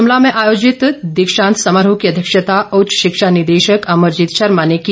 शिमला में आयोजित दीक्षांत समारोह की अध्यक्षता उच्च शिक्षा निदेशक अमरजीत शर्मा ने की